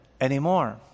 anymore